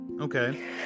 Okay